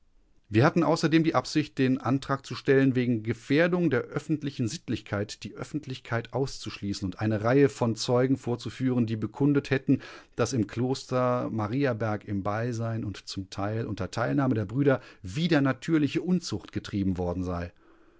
wir hatten außerdem die absicht den antrag zu stellen wegen gefährdung der öffentlichen sittlichkeit die öffentlichkeit auszuschließen und eine reihe von zeugen vorzuführen die bekundet hätten daß im kloster ster mariaberg im beisein und zum teil unter teilnahme der brüder widernatürliche unzucht getrieben worden sei